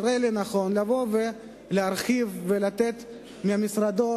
יראה לנכון לבוא ולהרחיב ולתת ממשרדו